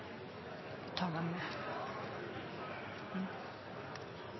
ta